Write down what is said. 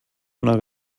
una